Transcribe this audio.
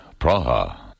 Praha